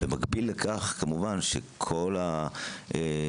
במקביל לכך כמובן שכל האוניברסיטאות